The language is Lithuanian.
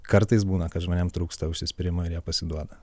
kartais būna kad žmonėm trūksta užsispyrimo ir pasiduoda